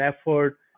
effort